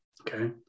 Okay